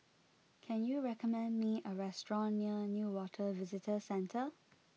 can you recommend me a restaurant near Newater Visitor Centre